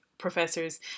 Professors